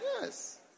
Yes